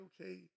okay